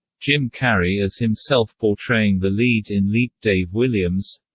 jim carrey as himself portraying the lead in leap dave williams